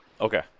Okay